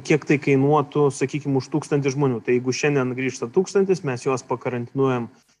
kiek tai kainuotų sakykim už tūkstantį žmonių tai jeigu šiandien grįžta tūkstantis mes juos pa karantinuojam